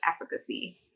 efficacy